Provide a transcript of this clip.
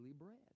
bread